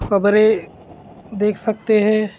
خبریں دیکھ سکتے ہے